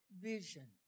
vision